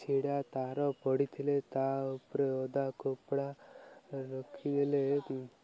ଛିଡ଼ା ତାର ପଡ଼ିଥିଲେ ତା' ଉପରେ ଓଦା କପଡ଼ା ରଖିଦେଲେ